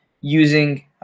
using